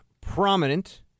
prominent